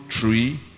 tree